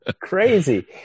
crazy